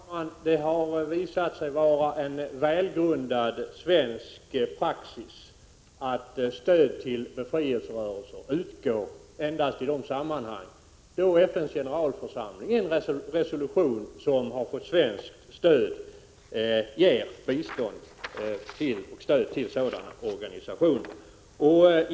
Fru talman! Det har visat sig vara välgrundad svensk praxis att låta stöd till befrielserörelser utgå endast i enlighet med den resolution som FN:s generalförsamling har antagit och som Sverige har anslutit sig till och som medger bistånd och stöd till sådana här organisationer.